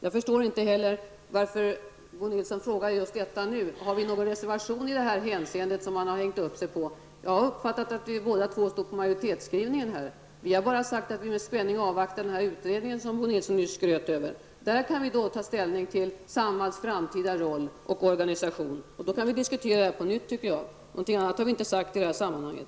Jag förstår inte heller varför Bo Nilsson frågar om detta just nu. Har vi en reservation i det här avseendet som Bo Nilsson har hängt upp sig på? Jag har uppfattat det så att vi båda står bakom majoritetsskrivningen. Vi har bara sagt att vi med spänning avvaktar den utredning som Bo Nilsson skröt över. Då kan vi ta ställning till Samhalls framtida roll och organisation. Då kan vi diskutera frågan på nytt. Någonting annat har vi inte sagt i sammanhanget.